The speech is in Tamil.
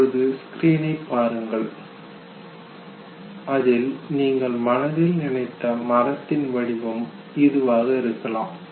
இப்பொழுது ஸ்கிரீனை பாருங்கள் இதில் நீங்கள் மனதில் நினைத்த மரத்தின் வடிவம் இதுவாக இருக்கலாம்